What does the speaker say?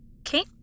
Okay